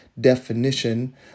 definition